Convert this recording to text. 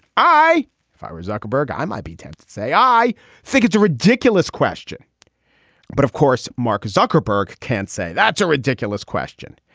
i fired zuckerberg i might be tempted to say i think it's a ridiculous question but of course mark zuckerberg can't say that's a ridiculous question.